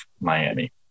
Miami